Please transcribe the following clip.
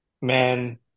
man